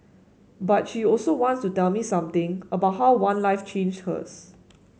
but she also wants to tell me something about how one life changed hers